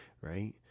right